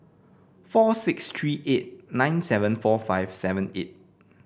four six three eight nine seven four five seven eight